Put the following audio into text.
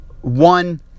One